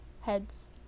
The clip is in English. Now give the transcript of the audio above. heads